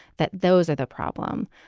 that those are the problem.